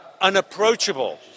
unapproachable